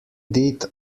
did